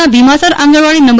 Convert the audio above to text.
ના ભીમાસર આંગણવાડી નં